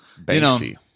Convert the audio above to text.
Banksy